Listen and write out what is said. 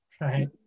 right